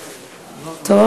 טוב.